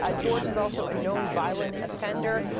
ah george is also a known violent offender.